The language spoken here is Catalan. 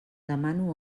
demano